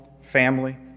family